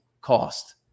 cost